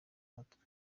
umutwe